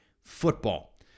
Football